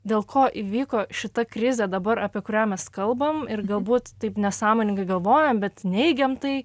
dėl ko įvyko šita krizė dabar apie kurią mes kalbam ir galbūt taip nesąmoningai galvojam bet neigiam tai